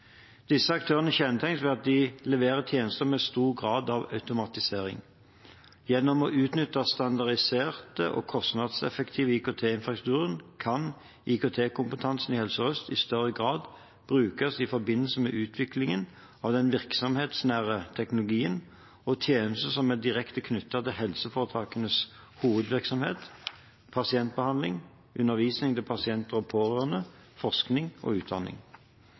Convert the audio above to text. Disse aktørene kjennetegnes ved at de leverer tjenester med stor grad av automatisering. Gjennom å utnytte standardisert og kostnadseffektiv IKT-infrastruktur kan IKT-kompetansen i Helse Sør-Øst i større grad brukes i forbindelse med utviklingen av den virksomhetsnære teknologien og tjenester som er direkte knyttet til helseforetakenes hovedvirksomhet – pasientbehandling, undervisning til pasienter og pårørende, forskning og utdanning.